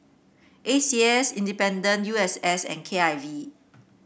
A C S Independent U S S and K I V